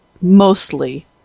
mostly